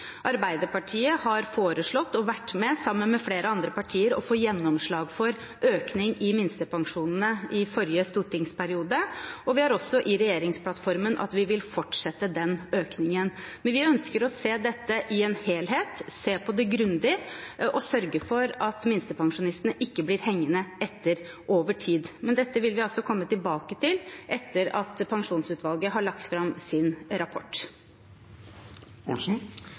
Arbeiderpartiet har foreslått og var sammen med flere andre partier med på å få gjennomslag for økning i minstepensjonene i forrige stortingsperiode. Vi har også i regjeringsplattformen sagt at vi vil fortsette den økningen, men vi ønsker å se dette i en helhet, se på det grundig og sørge for at minstepensjonistene ikke blir hengende etter over tid. Dette vil vi altså komme tilbake til etter at pensjonsutvalget har lagt fram sin rapport.